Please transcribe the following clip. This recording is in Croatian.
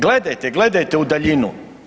Gledajte, gledajte u daljinu.